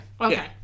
Okay